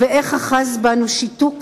איך אחז בנו שיתוק כזה?